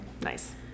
nice